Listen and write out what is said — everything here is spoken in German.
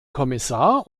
kommissar